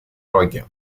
роге